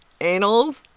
Anals